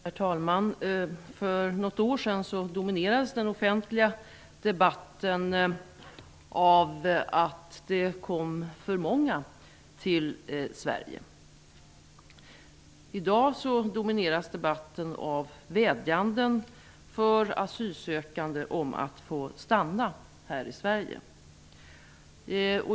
Herr talman! För något år sedan dominerades den offentliga debatten av att det kom för många till Sverige. I dag domineras debatten av vädjanden för asylsökande om att få stanna här i Sverige.